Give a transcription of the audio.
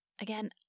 again